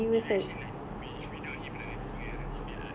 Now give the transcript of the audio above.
and then actually like be with~ without him right I think I already fail art